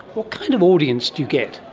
what kind of audience do you get?